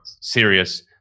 serious